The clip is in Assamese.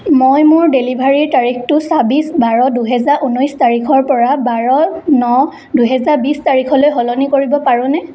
মই মোৰ ডেলিভাৰীৰ তাৰিখটো চাবিছ বাৰ দুহেজাৰ ঊনৈছ তাৰিখৰপৰা বাৰ ন দুহেজাৰ বিছ তাৰিখলৈ সলনি কৰিব পাৰোঁ নে